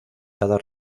cada